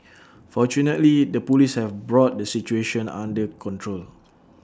fortunately the Police have brought the situation under control